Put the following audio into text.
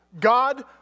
God